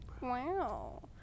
Wow